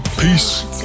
peace